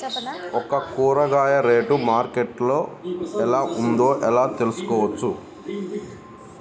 ఒక కూరగాయ rate market లో ఎలా ఉందో ఎలా తెలుసుకోవచ్చు?